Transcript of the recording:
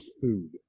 food